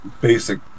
basic